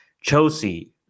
Chelsea